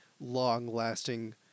long-lasting